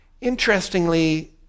Interestingly